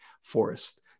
Forest